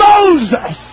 Moses